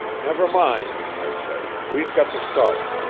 never mind, i said. we've got the start.